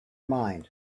mind